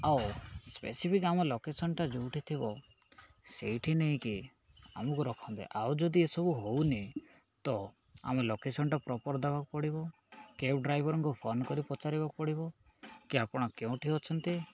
ଆଉ ସ୍ପେସିଫିକ୍ ଆମ ଲୋକେସନଟା ଯୋଉଠି ଥିବ ସେଇଠି ନେଇକି ଆମକୁ ରଖନ୍ତି ଆଉ ଯଦି ଏସବୁ ହେଉନି ତ ଆମ ଲୋକେସନଟା ପ୍ରପର ଦେବାକୁ ପଡ଼ିବ କ୍ୟାବ୍ ଡ୍ରାଇଭରଙ୍କୁ ଫୋନ କରି ପଚାରିବାକୁ ପଡ଼ିବ କି ଆପଣ କେଉଁଠି ଅଛନ୍ତି